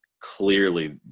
clearly